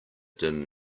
dim